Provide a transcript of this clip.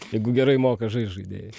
jeigu gerai moka žaist žaidėjai